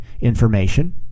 information